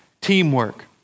Teamwork